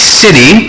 city